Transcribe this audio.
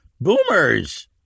Boomers